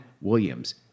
Williams